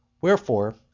Wherefore